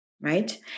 Right